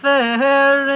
Fair